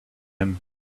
him